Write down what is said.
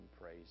praise